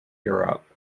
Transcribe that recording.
europe